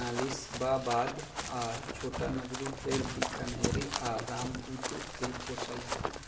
नालीशबाबाद आ छोटानगरी फेर बीकानेरी आ रामबुतु के पोसल जाला